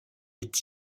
est